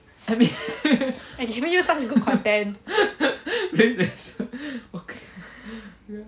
given you such a good content